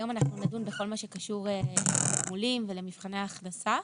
היום נדון בכל מה שקשור לתגמולים ולמבחני הכנסה.